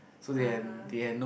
(uh huh)